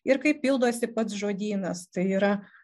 ir kaip pildosi pats žodynas tai yra